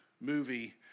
movie